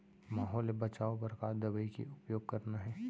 माहो ले बचाओ बर का दवई के उपयोग करना हे?